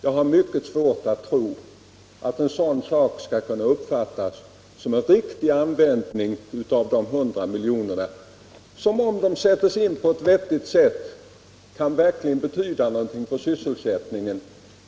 Jag har mycket svårt att tro att detta skulle kunna uppfattas som en riktig användning av 100 milj.kr. Om dessa pengar sätts in på ett vettigt sätt kan de verkligen betyda någonting för sysselsättningen.